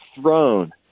throne